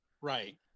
right